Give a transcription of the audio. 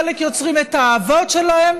חלק יוצרים את האהבות שלהם